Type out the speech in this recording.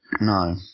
No